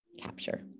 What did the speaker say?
capture